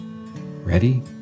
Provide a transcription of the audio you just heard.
Ready